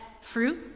fruit